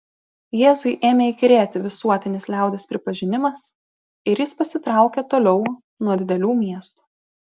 jėzui ėmė įkyrėti visuotinis liaudies pripažinimas ir jis pasitraukė toliau nuo didelių miestų